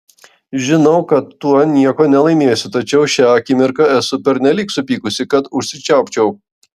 žinau kad tuo nieko nelaimėsiu tačiau šią akimirką esu pernelyg supykusi kad užsičiaupčiau